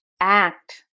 act